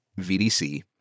VDC